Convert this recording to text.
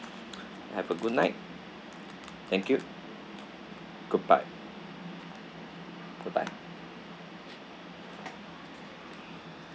have a good night thank you goodbye bye bye